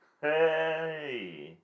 hey